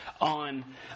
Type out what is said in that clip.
on